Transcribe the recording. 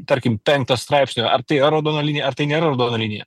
tarkim penkto straipsnio ar tai yra raudona linija ar tai nėra raudona linija